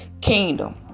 kingdom